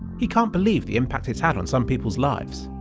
he can't believe the impact it's had on some peoples' lives.